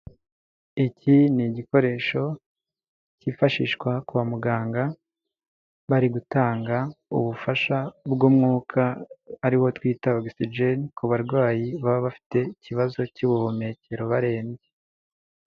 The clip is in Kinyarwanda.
Iki ni igikoresho cyifashishwa kwa muganga bari gutanga ubufasha bw'umwuka ari wo twita ogisijeni ku barwayi baba bafite ikibazo cy'ubuhumekero barembye.